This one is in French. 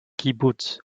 kibboutz